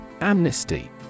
Amnesty